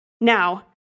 Now